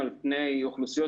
אז באמונה ובמסר מלמעלה,